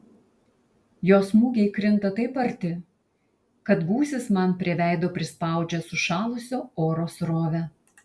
jo smūgiai krinta taip arti kad gūsis man prie veido prispaudžia sušalusio oro srovę